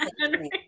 Henry